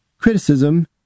criticism